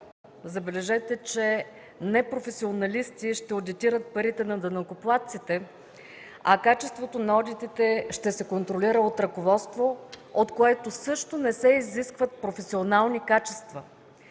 забележете, че непрофесионалисти ще одитират парите на данъкоплатците, а качеството на одитите ще се контролира от ръководство, от което също не се изискват професионални качества.